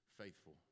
faithful